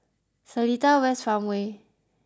Seletar West Farmway